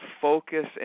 focus